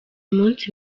munsi